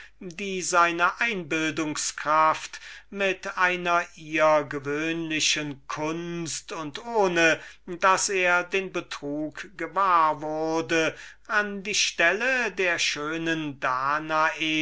die seine einbildungskraft mit einer ihr gewöhnlichen kunst und ohne daß er den betrug merkte an die stelle der schönen danae